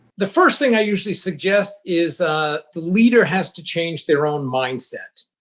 the first thing i usually suggest is ah the leader has to change their own mindset.